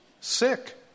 sick